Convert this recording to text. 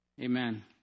Amen